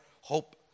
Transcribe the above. hope